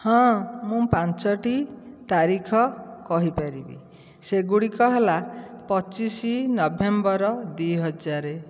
ହଁ ମୁଁ ପାଞ୍ଚଟି ତାରିଖ କହିପାରିବି ସେଗୁଡ଼ିକ ହେଲା ପଚିଶ ନଭେମ୍ବର ଦୁଇ ହଜାର